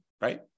Right